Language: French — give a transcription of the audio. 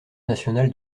national